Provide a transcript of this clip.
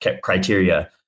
criteria